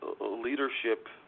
leadership